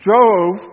drove